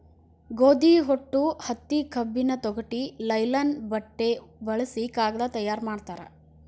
ಗೋದಿ ಹೊಟ್ಟು ಹತ್ತಿ ಕಬ್ಬಿನ ತೊಗಟಿ ಲೈಲನ್ ಬಟ್ಟೆ ಬಳಸಿ ಕಾಗದಾ ತಯಾರ ಮಾಡ್ತಾರ